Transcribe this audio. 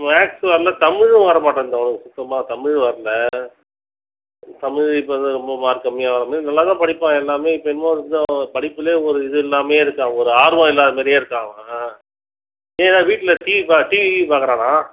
maths வரல தமிழும் வரமாட்டேன்து அவனுக்கு சுத்தமாக தமிழ் வரல தமிழ் இப்போ தான் ரொம்ப மார்க்கு கம்மியாகுது நல்லா தான் படிப்பான் எல்லாமே இப்போ என்னமோ கொஞ்சம் படிப்பில் ஒரு இது இல்லாமயே இருக்கான் ஒரு ஆர்வம் இல்லாத மாதிரியே இருக்கான் அவன் நீங்கள் ஏதாவது வீட்டில் டிவி டிவி கீவி பார்க்குறான்னா